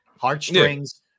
heartstrings